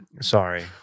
Sorry